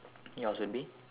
yours would be